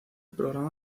programa